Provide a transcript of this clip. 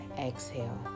exhale